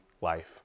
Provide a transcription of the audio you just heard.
life